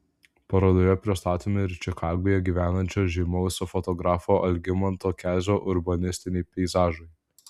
parodoje pristatomi ir čikagoje gyvenančio žymaus fotografo algimanto kezio urbanistiniai peizažai